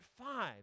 five